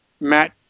Matt